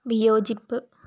വിയോജിപ്പ്